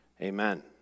Amen